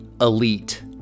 elite